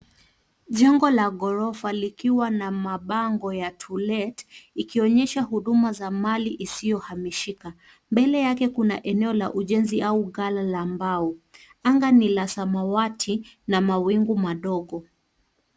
Jengo la ghorofa likiwa na mabango ya To Let , ikionyesha huduma za mali isiyohamishika. Mbele yake kuna eneo la ujenzi au ghala la mbao. Anga ni la samawati na mawingu madogo.